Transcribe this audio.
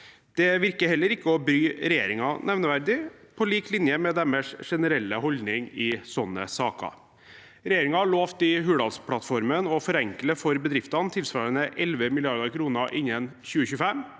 Det virker heller ikke å bry regjeringen nevneverdig, på lik linje med deres generelle holdning i sånne saker. Regjeringen lovte i Hurdalsplattformen å forenkle for bedriftene tilsvarende 11 mrd. kr innen 2025.